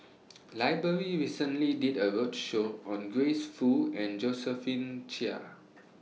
Library recently did A roadshow on Grace Fu and Josephine Chia